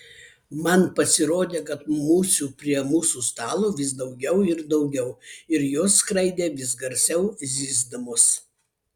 man pasirodė kad musių prie mūsų stalo vis daugiau ir daugiau ir jos skraidė vis garsiau zyzdamos